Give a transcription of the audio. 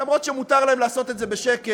נכון שמותר להם לעשות את זה בשקט,